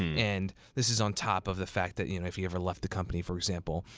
and this is on top of the fact that you know if he ever left the company, for example,